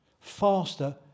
faster